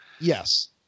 Yes